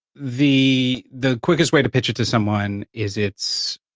the the quickest way to pitch it to someone is its